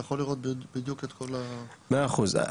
ואתה יכול לראות את כל ה- -- אני